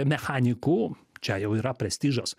mechaniku čia jau yra prestižas